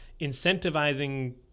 incentivizing